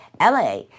LA